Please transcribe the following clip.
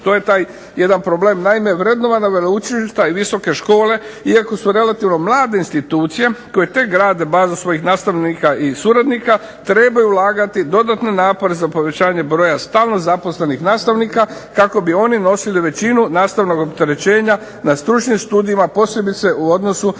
to je taj jedan problem. Naime vrednovana veleučilišta i visoke škole iako su relativno mlade institucije, koje tek grade bazu svojih nastavnika i suradnika trebaju ulagati dodatni napor za povećanje broja stalno zaposlenih nastavnika, kako bi oni nosili većinu nastavnog opterećenja na stručnim studijima, posebice u odnosu